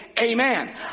amen